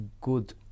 good